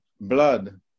blood